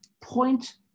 point